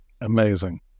amazing